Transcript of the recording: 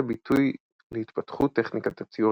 את הביטוי להתפתחות טכניקת הציור